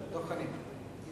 דב חנין.